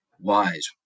wise